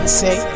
say